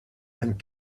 and